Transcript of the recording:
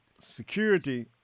security